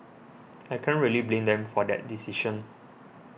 I can't really blame them for that decision